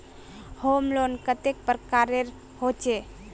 Home loan कतेला प्रकारेर होचे?